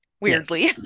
weirdly